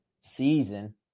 season